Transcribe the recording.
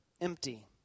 empty